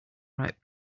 right